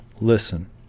listen